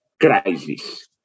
crisis